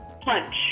punch